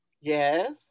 Yes